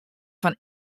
fan